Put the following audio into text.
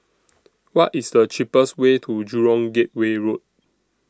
What IS The cheapest Way to Jurong Gateway Road